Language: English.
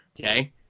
Okay